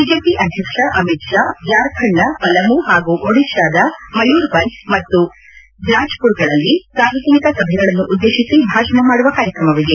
BJP ಅಧ್ಯಕ್ಷ ಅಮಿತ್ ಷಾ ಜಾರ್ಖಂಡ್ನ ಪಲಮು ಹಾಗೂ ಒಡಿಶಾದ ಮಯೂರ್ಬಂಚ್ ಮತ್ತು ಜಾಜ್ಮರ್ಗಳಲ್ಲಿ ಸಾರ್ವಜನಿಕ ಸಭೆಗಳನ್ನು ಉದ್ದೇಶಿಸಿ ಭಾಷಣ ಮಾಡುವ ಕಾರ್ಯಕ್ರಮವಿದೆ